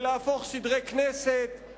ולהפוך סדרי כנסת,